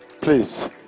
Please